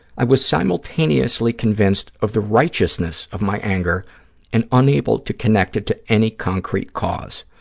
i was simultaneously convinced of the righteousness of my anger and unable to connect it to any concrete cause.